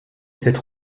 cette